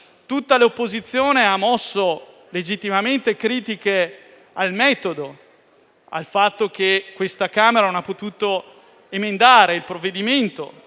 Tutta l'opposizione ha mosso legittimamente critiche al metodo, ossia al fatto che questa Camera non abbia potuto emendare il provvedimento;